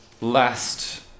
Last